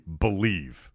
believe